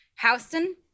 Houston